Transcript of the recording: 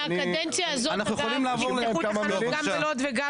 בקדנציה הזאת נפתחו תחנות גם בלוד וגם